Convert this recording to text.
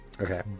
Okay